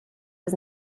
was